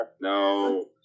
No